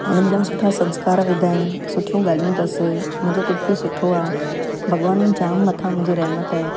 उन में जाम सुठा संस्कार विधा आहिनि सुठियूं ॻाल्हियूं अथसि मुंहिंजो पुट बि सुठो आहे भॻवान ई जाम मथां मुंहिंजे रहिमत आहे